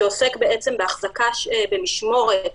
שעוסק במשמורת